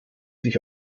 sich